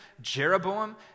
Jeroboam